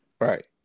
Right